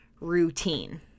routine